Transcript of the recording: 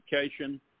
education